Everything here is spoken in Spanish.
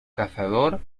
cazador